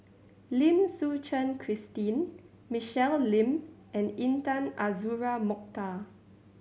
Lim Suchen Christine Michelle Lim and Intan Azura Mokhtar